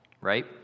right